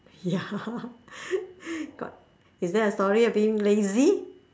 ya got is there a story you're being lazy